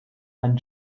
ein